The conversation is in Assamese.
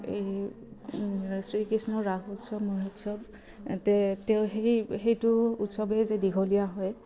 এই শ্ৰীকৃষ্ণ ৰাস উৎসৱ মহোৎসৱ তেওঁ সেই সেইটো উৎসৱেই যে দীঘলীয়া হয়